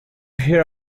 hear